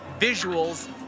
visuals